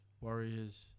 Warriors